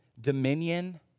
Dominion